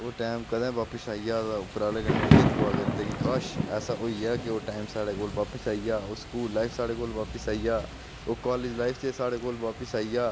ओह् टैम कदें बापस आई जा तां उप्परा आह्ले कन्नै इ'यै दुआह् करदे कि काश ऐसा होई जा के ओह् टैम साढ़ै कोल बापस आई आ ओह् स्कूल लाइफ साढ़ै कोल बापस आई आ ओह् कालज लाइफ जे साढ़ै कोल बापस आई आ